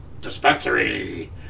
Dispensary